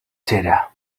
xera